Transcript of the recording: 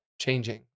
changing